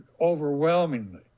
overwhelmingly